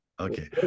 Okay